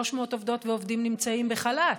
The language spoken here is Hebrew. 300 עובדות ועובדים נמצאים בחל"ת,